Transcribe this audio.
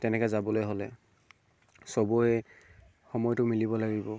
তেনেকে যাবলে হ'লে চবয়ে সময়টো মিলিব লাগিব